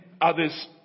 others